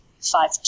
five